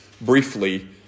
briefly